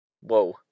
whoa